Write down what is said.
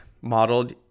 modeled